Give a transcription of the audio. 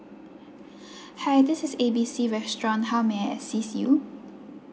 hi this is A B C restaurant how may I assist you